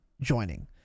joining